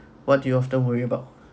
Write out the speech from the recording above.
what do you often worry about